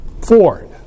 Ford